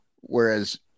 Whereas